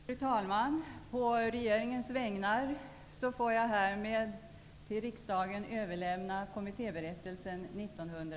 Fru talman! På regeringens vägnar får jag härmed till riksdagen överlämna kommittéberättelsen för